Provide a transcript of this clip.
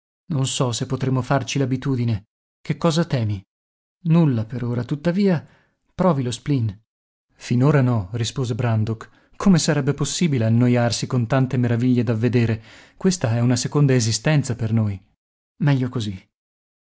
non so se potremo farci l'abitudine che cosa temi nulla per ora tuttavia provi lo spleen finora no rispose brandok come sarebbe possibile annoiarsi con tante meraviglie da vedere questa è una seconda esistenza per noi meglio così